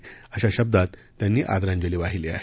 अशा शब्दात त्यांनी आदरांजली वाहिली आहे